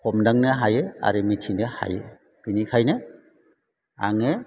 हमदांनो हायो आरो मिथिनो हायो बिनिखायनो आङो